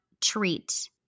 treat